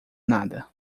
nada